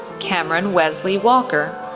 cameron wesley walker,